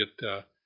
get